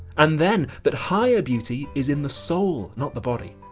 and then that higher beauty is in the soul not the body.